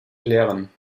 klären